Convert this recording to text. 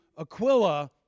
Aquila